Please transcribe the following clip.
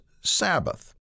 Sabbath